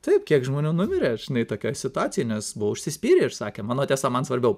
taip kiek žmonių numirė žinai tokioj situacijoj nes buvo užsispyrę ir sakė mano tiesa man svarbiau